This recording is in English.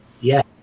Yes